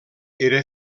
era